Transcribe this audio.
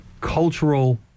Cultural